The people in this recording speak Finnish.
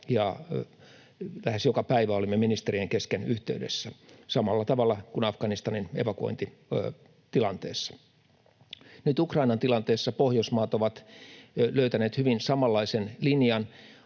ja lähes joka päivä olimme ministerien kesken yhteydessä — samalla tavalla kuin Afganistanin evakuointitilanteessa. Nyt Ukrainan tilanteessa Pohjoismaat ovat löytäneet hyvin samanlaisen linjan: